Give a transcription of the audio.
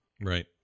Right